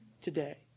today